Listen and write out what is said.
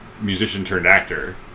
musician-turned-actor